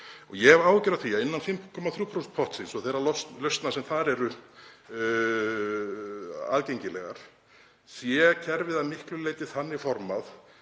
Ég hef áhyggjur af því að innan 5,3% pottsins og þeirra lausna sem þar eru aðgengilegar sé kerfið að miklu leyti þannig formað